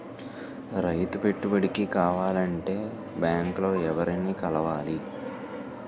రైతు పెట్టుబడికి కావాలంటే బ్యాంక్ లో ఎవరిని కలవాలి?